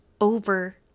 over